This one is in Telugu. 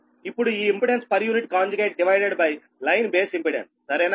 ఇప్పుడు ఈ impedance per unit conjugate divided by line base impedance సరేనా